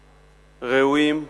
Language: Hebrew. ראויים,